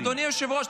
אדוני היושב-ראש,